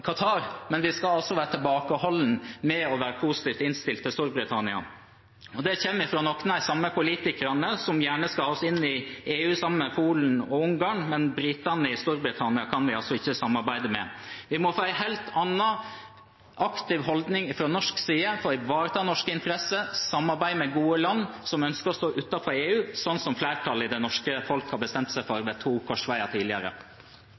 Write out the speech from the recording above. Qatar, men vi skal altså være tilbakeholdne med å være positivt innstilt til Storbritannia. Det kommer fra noen av de samme politikerne som gjerne skal ha oss inn i EU sammen med Polen og Ungarn, men britene i Storbritannia kan vi altså ikke samarbeide med. Vi må få en helt annen, aktiv holdning fra norsk side for å ivareta norske interesser og samarbeide med gode land som ønsker å stå utenfor EU, slik flertallet i det norske folk har bestemt seg for ved to korsveier tidligere.